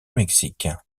mexique